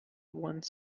one